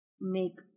make